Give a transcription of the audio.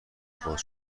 باز